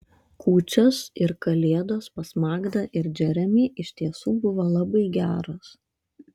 kūčios ir kalėdos pas magdą ir džeremį iš tiesų buvo labai geros